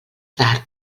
tard